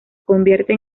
convierte